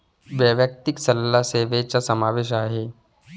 वैयक्तिक सल्ला सेवेचा समावेश आहे